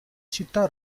città